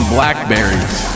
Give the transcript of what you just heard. Blackberries